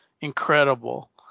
incredible